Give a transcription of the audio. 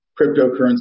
cryptocurrency